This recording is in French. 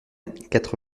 quatre